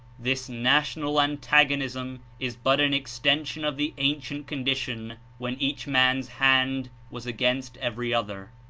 this national antagonism is but an extension of the ancient condition when each man's hand was against every other.